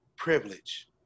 Privilege